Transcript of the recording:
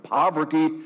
poverty